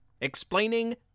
explaining